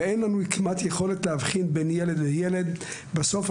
ואין לנו כמעט יכולת להבחין בין ילד לילד בסוף,